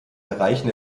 erreichen